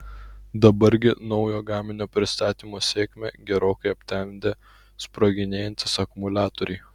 dabar gi naujo gaminio pristatymo sėkmę gerokai aptemdė sproginėjantys akumuliatoriai